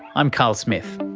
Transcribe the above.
i'm carl smith.